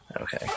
Okay